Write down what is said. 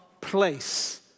place